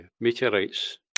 meteorites